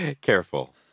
Careful